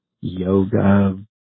yoga